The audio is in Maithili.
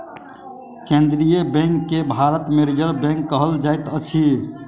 केन्द्रीय बैंक के भारत मे रिजर्व बैंक कहल जाइत अछि